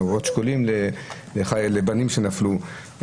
אבות שכולים לבנים חיילים שנפלו,